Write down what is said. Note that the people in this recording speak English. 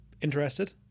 Interested